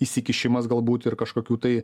įsikišimas galbūt ir kažkokių tai